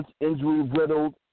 injury-riddled